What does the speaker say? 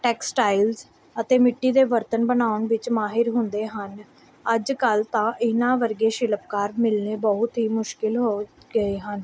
textiles ਅਤੇ ਮਿੱਟੀ ਦੇ ਬਰਤਨ ਬਣਾਉਣ ਵਿੱਚ ਮਾਹਿਰ ਹੁੰਦੇ ਹਨ ਅੱਜ ਕੱਲ੍ਹ ਤਾਂ ਇਹਨਾਂ ਵਰਗੇ ਸ਼ਿਲਪਕਾਰ ਮਿਲਣੇ ਬਹੁਤ ਹੀ ਮੁਸ਼ਕਿਲ ਹੋ ਗਏ ਹਨ